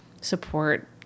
support